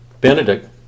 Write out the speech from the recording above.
Benedict